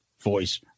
voice